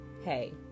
hey